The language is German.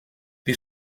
wir